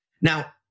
Now